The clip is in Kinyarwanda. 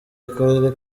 akarere